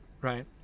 right